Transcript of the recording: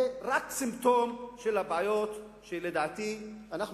זה רק סימפטום של הבעיות שלדעתי אנחנו